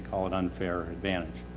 ah it unfair advantage.